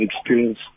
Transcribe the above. experience